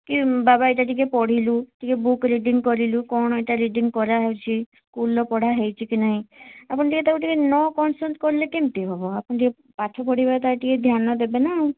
କି ବାବା ଏଇଟା ଟିକିଏ ପଢ଼ିଲୁ ଟିକିଏ ବୁକ୍ ରିଡ଼ିଙ୍ଗ କରିଲୁ କଟଣ ଏଇଟା ରିଡ଼ିଙ୍ଗ କରାହେଉଛି ସ୍କୁଲ୍ର ପଢ଼ା ହେଇଛିକି ନାଇଁ ଆପଣ ଟିକିଏ ତାକୁ ଟିକିଏ ନ କନସଣ୍ଟ କଲେ କେମିତି ହେବ ଆପଣ ଟିକିଏ ପାଠ ପଢ଼ିବାଟା ଟିକିଏ ଧ୍ୟାନ ଦେବେନା